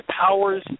powers